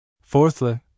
Fourthly